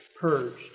purged